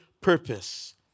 purpose